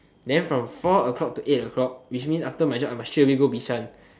then from four o-clock to eight o-clock which means after my job I must straight away go Bishan